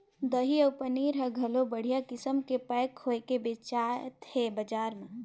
दही अउ पनीर हर घलो बड़िहा किसम ले पैक होयके बेचात हे बजार म